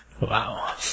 Wow